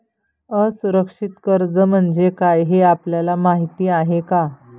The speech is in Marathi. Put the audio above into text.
असुरक्षित कर्ज म्हणजे काय हे आपल्याला माहिती आहे का?